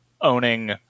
owning